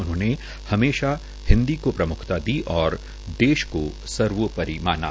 उन्होंने हमेशा हिन्दी को प्रमुखता दी और देश को सर्वोपरि माना